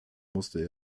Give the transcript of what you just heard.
musste